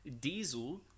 Diesel